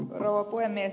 rouva puhemies